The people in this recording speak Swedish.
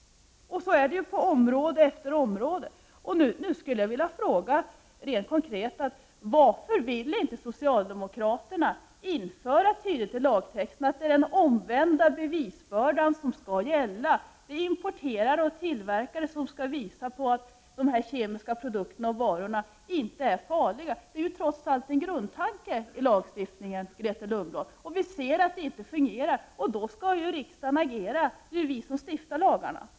Så är det på område efter område. Nu skulle jag vilja fråga rent konkret: Varför vill inte socialdemokraterna införa tydligt i lagtexten att det är den omvända bevisbördan som skall gälla? Det är importörer och tillverkare som skall visa att de kemiska produkterna och varorna inte är farliga. Det är trots allt en grundtanke i lagstiftningen, Grethe Lundblad. Ser vi att det inte fungerar skall riksdagen agera. Det är vi som stiftar lagarna.